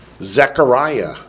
Zechariah